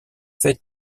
fait